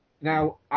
Now